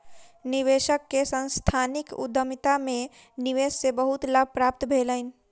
निवेशक के सांस्थानिक उद्यमिता में निवेश से बहुत लाभ प्राप्त भेलैन